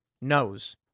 knows